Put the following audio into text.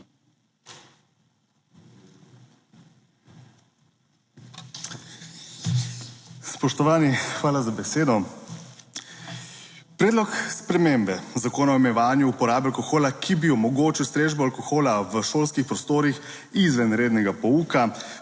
Spoštovani, hvala za besedo. Predlog spremembe Zakona o omejevanju uporabe alkohola, ki bi omogočil strežbo alkohola v šolskih prostorih izven rednega pouka,